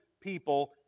people